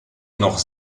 noch